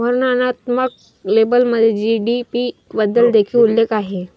वर्णनात्मक लेबलमध्ये जी.डी.पी बद्दल देखील उल्लेख आहे